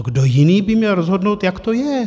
No, kdo jiný by měl rozhodnout, jak to je?